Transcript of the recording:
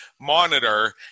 monitor